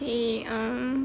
okay um